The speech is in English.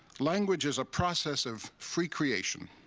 language is a process of free creation,